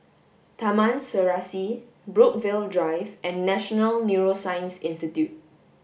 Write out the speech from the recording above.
Taman Serasi Brookvale Drive and National Neuroscience Institute